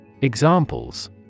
Examples